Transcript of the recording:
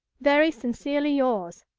very sincerely yours,